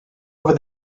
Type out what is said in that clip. over